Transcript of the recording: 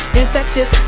infectious